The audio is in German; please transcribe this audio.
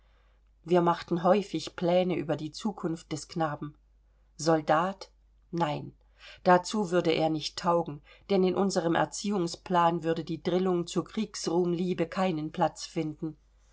wir machten häufig pläne über die zukunft des knaben soldat nein dazu würde er nicht taugen denn in unserem erziehungsplan würde die drillung zur kriegsruhmliebe keinen platz finden